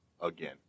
Again